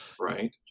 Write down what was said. right